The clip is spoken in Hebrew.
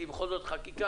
כי בכל זאת מדובר בחקיקה.